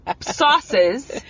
sauces